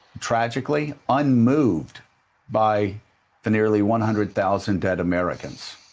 tragically, unmoved by the nearly one hundred thousand dead americans.